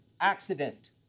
accident